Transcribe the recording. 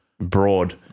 broad